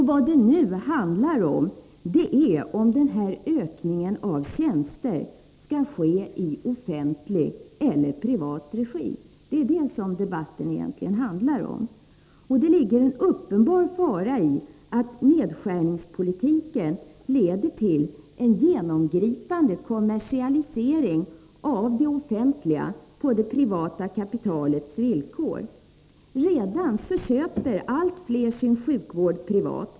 Vad det handlar om nu är om ökningen av tjänster skall ske i offentlig eller Nr 11 i privat regi. Det ligger en uppenbar fara i att nedskärningspolitiken leder till Torsdagen den en genomgripande kommersialisering av det offentliga på det privata 20 oktober 1983 kapitalets villkor. Redan nu köper allt fler sin sjukvård privat.